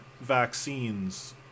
vaccines